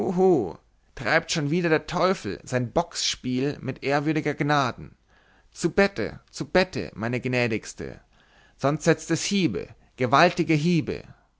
treibt schon wieder der teufel sein bocksspiel mit ew gnaden zu bette zu bette meine gnädigste sonst setzt es hiebe gewaltige hiebe